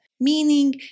meaning